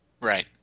right